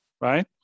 right